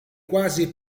quasi